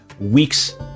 weeks